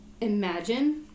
imagine